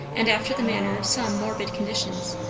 and after the manner of some morbid conditions,